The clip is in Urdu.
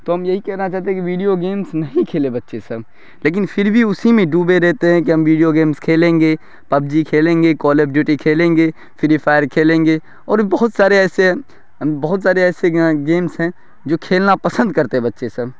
تو ہم یہی کہنا چاہتے ہیں کہ ویڈیو گیمس نہیں کھیلے بچے سب لیکن پھر بھی اسی میں ڈوبے رہتے ہیں کہ ہم ویڈیو گیمس کھیلیں گے پب جی کھیلیں گے کال آف ڈیوٹی کھیلیں گے فری فائر کھیلیں گے اور بہت سارے ایسے بہت سارے ایسے گیمز ہیں جو کھیلنا پسند کرتے ہیں بچے سب